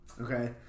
Okay